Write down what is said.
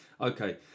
Okay